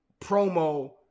promo